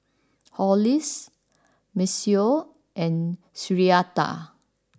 Hollis Maceo and Syreeta